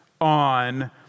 on